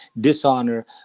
dishonor